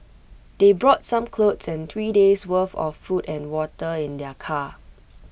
they brought some clothes and three days' worth of food and water in their car